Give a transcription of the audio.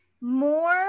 more